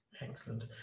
Excellent